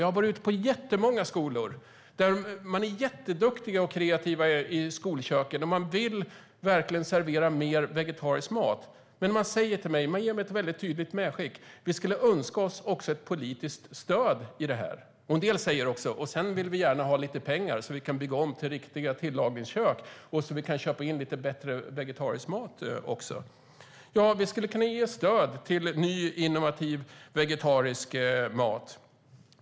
Jag har varit ute på jättemånga skolor, där de är jätteduktiga och kreativa i skolköken. De vill verkligen servera mer vegetarisk mat. Men de ger mig ett tydligt medskick: Vi skulle också önska oss ett politiskt stöd i detta! En del säger också: Och sedan vill vi gärna ha lite pengar så att vi kan bygga om till riktiga tillagningskök och köpa in lite bättre vegetarisk mat! Vi skulle kunna ge stöd till ny, innovativ vegetarisk mat.